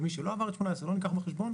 ומי שלא עבר את 2018 לא נלקח בחשבון.